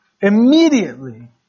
immediately